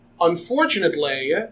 unfortunately